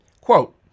Quote